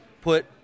put